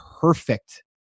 perfect